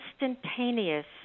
instantaneous